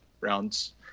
rounds